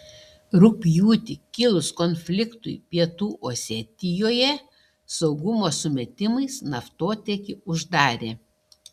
rugpjūtį kilus konfliktui pietų osetijoje saugumo sumetimais naftotiekį uždarė